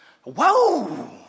whoa